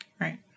Right